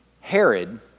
Herod